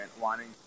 wanting